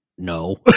no